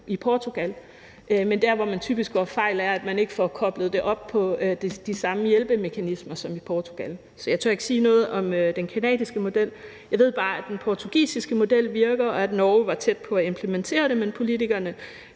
i Portugal, men der, hvor man typisk begår fejl, er, at man ikke får koblet det op på de samme hjælpemekanismer som i Portugal. Så jeg tør ikke sige noget om den canadiske model, men jeg ved bare, at den portugisiske model virker, og at Norge var tæt på at implementere den, men politikerne